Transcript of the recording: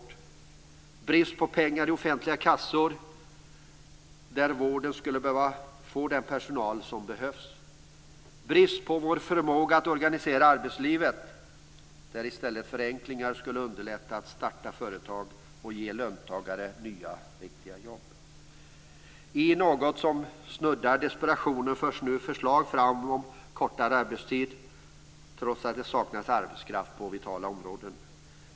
Det gäller brist på pengar i offentliga kassor. Vården skulle behöva få den personal som behövs. Det är brist på förmåga att organisera arbetslivet. I stället skulle förenklingar underlätta för människor att starta företag och ge löntagare nya riktiga jobb. I något som gränsar till desperation förs nu förslag om kortare arbetstid fram, trots att det saknas arbetskraft på vitala områden.